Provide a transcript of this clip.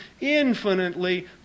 infinitely